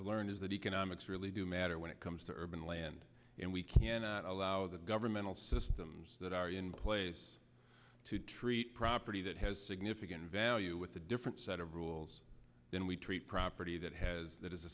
learned is that economics really do matter when it comes to urban land and we cannot allow the governmental systems that are in place to treat property that has significant value with a different set of rules than we treat property that has that